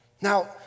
Now